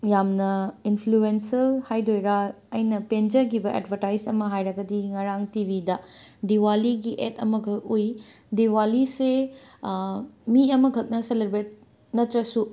ꯌꯥꯝꯅ ꯏꯟꯐ꯭ꯂꯨꯑꯦꯟꯁꯦꯜ ꯍꯥꯏꯗꯣꯏꯔ ꯑꯩꯅ ꯄꯦꯟꯖꯈꯤꯕ ꯑꯦꯠꯕꯔꯇꯥꯏꯖ ꯑꯃ ꯍꯥꯏꯕꯔꯒꯗꯤ ꯉꯔꯥꯡ ꯇꯤꯕꯤꯗ ꯗꯤꯋꯥꯂꯤꯒꯤ ꯑꯦꯗ ꯑꯃꯈꯛ ꯎꯏ ꯗꯤꯋꯥꯂꯤꯁꯦ ꯃꯤ ꯑꯃꯈꯛꯅ ꯁꯦꯂꯦꯕ꯭ꯔꯦꯠ ꯅꯠꯇ꯭ꯔꯁꯨ